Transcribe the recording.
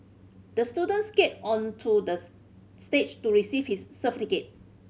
the student skated onto the stage to receive his